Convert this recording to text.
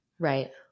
Right